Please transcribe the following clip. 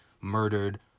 murdered